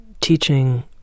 teaching